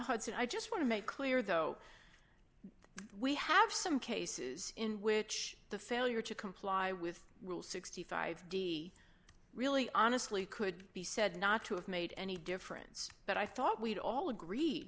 hudson i just want to make clear though we have some cases in which the failure to comply with rule sixty five dollars d really honestly could be said not to have made any difference but i thought we'd all agree